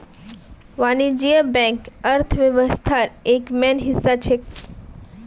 वाणिज्यिक बैंक अर्थव्यवस्थार एक मेन हिस्सा छेक